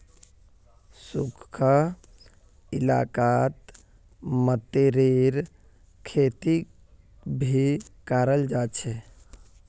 सुखखा इलाकात मतीरीर खेती भी कराल जा छे